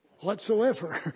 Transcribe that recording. Whatsoever